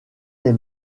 les